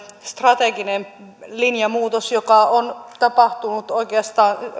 strateginen linjanmuutos joka on tapahtunut oikeastaan